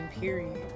period